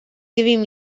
giving